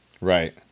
Right